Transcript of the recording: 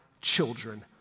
children